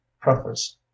preface